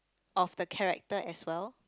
of the character as well